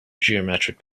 geometric